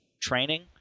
Training